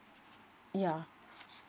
yeah